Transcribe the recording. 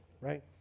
right